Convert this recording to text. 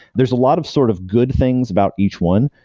there's a lot of sort of good things about each one.